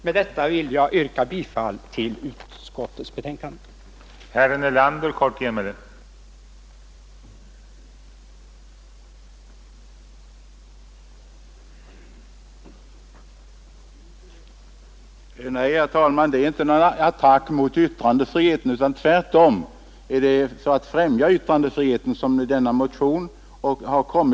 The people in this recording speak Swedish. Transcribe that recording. Med detta vill jag yrka bifall till utskottets hemställan.